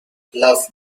love